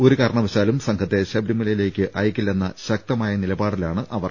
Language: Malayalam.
ഒരു കാരണവശാലും സംഘത്തെ ശബരിമലയിലേക്ക് അയയ്ക്കില്ലെന്ന ശക്തമായ നിലപാടിലാണ് അവർ